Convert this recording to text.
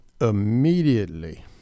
immediately